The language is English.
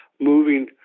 moving